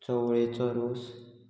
चवळेचो रोस